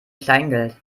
kleingeld